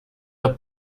los